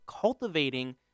cultivating